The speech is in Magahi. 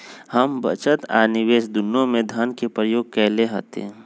हम बचत आ निवेश दुन्नों में धन के प्रयोग कयले हती